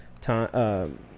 time